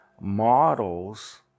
models